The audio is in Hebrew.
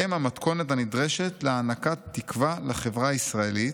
הם המתכונת הנדרשת להענקת תקווה לחברה הישראלית.